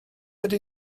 ydy